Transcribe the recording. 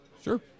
Sure